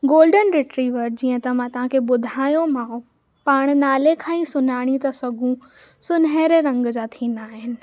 golden retriever जीअं त मां तव्हां खे ॿुधायोमांव पाण नाले खां ई सुञाणे था सघूं सुनहरे रंग जा थींदा आहिनि